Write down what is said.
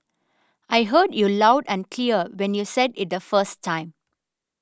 I heard you loud and clear when you said it the first time